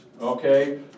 okay